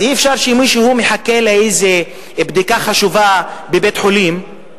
אז אי-אפשר שמישהו מחכה לאיזו בדיקה חשובה בבית-חולים,